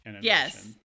yes